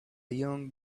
young